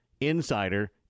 insider